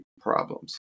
problems